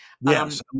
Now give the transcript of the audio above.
Yes